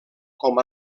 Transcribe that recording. com